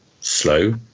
slow